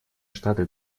штаты